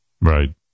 Right